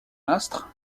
astre